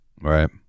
Right